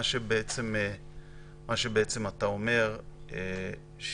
מה שאתה אומר בעצם הוא